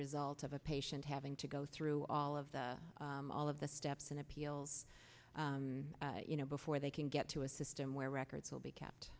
result of a patient having to go through all of the all of the steps and appeals you know before they can get to a system where records will be kept